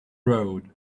road